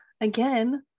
again